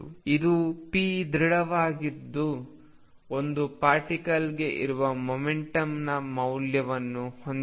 ಇದು p ದೃಢವಾಗಿರುವ ಒಂದು ಪಾರ್ಟಿಕಲ್ಗೆ ಇರುವ ಮೊಮೆಂಟಮ್ನ ಮೌಲ್ಯವನ್ನು ಹೊಂದಿದೆ